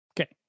Okay